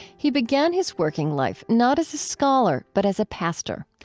he began his working life not as a scholar but as a pastor.